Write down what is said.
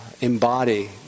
embody